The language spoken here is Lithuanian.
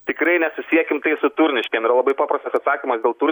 tikrai nesusiekim tai su turniškėm yra labai paprastas atsakymas dėl tur